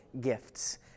gifts